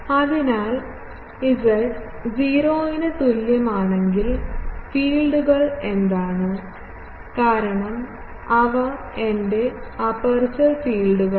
അതിനാൽ z 0 ന് തുല്യമാണെങ്കിൽ ഫീൽഡുകൾ എന്താണ് കാരണം അവ എന്റെ അപ്പർച്ചർ ഫീൽഡുകളാണ്